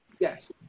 yes